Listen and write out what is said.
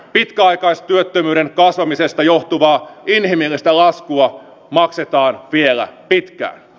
pitkäaikaistyöttömyyden kasvamisesta johtuvaa inhimillistä laskua maksetaan vielä pitkään